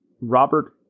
Robert